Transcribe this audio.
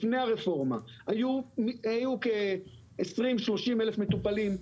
לפני הרפורמה, היו כ-20, 30 אלף מטופלים.